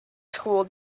school